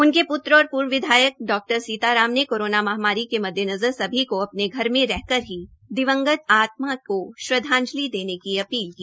उनके प्त्र और पूर्व विधायक डॉ सीता राम ने कोरोना महामारी के मद्देनज़र सभी के अपने घर में रहकर ही दिवंगत आत्मा को श्रद्वांजलि देने की अपील की